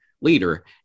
leader